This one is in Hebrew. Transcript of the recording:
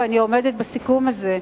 ואני עומדת בסיכום הזה,